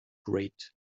great